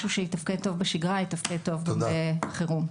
משהו שיתפקד טוב בשגרה יתפקד טוב גם בחירום.